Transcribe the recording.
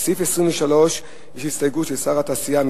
לסעיף 23 יש הסתייגות של שר התעשייה,